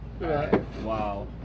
wow